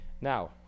now